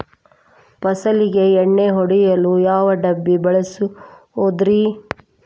ಫಸಲಿಗೆ ಎಣ್ಣೆ ಹೊಡೆಯಲು ಯಾವ ಡಬ್ಬಿ ಬಳಸುವುದರಿ?